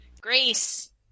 Grace